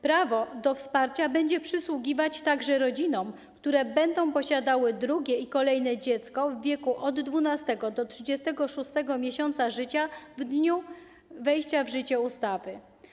Prawo do wsparcia będzie przysługiwać także rodzinom, które będą posiadały drugie i kolejne dziecko w wieku od 12. do 36. miesiąca życia w dniu wejścia w życie ustawy.